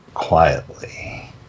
Quietly